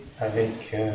avec